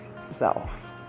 self